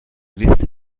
liste